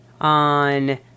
on